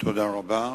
תודה רבה.